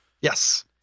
Yes